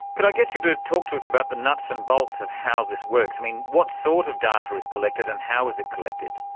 could i get you to talk to us about the nuts and bolts of how this works? i mean, what sort of data is collected and how is it collected?